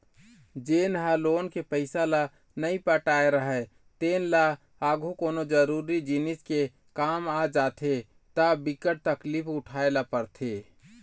जेन ह लोन के पइसा ल नइ पटाए राहय तेन ल आघु कोनो जरुरी जिनिस के काम आ जाथे त बिकट तकलीफ उठाए ल परथे